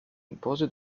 impose